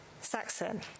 Saxon